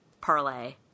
parlay